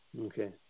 Okay